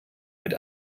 mit